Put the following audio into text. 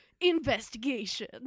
investigation